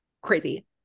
crazy